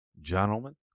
gentlemen